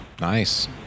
Nice